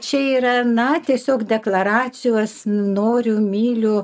čia yra na tiesiog deklaracijos noriu myliu